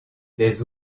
des